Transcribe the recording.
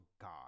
god